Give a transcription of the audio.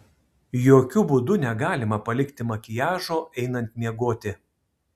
jokiu būdu negalima palikti makiažo einant miegoti